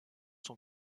son